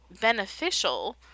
beneficial